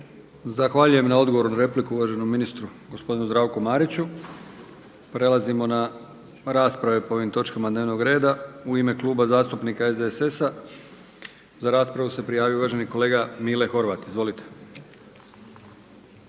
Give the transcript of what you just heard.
Zahvaljujem na odgovoru na repliku uvaženom ministru gospodinu Zdravku Mariću. Prelazimo na rasprave po ovim točkama dnevnog reda. U ime Kluba zastupnika SDSS-a za raspravu se prijavio uvaženi kolega Mile Horvat. Izvolite.